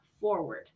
forward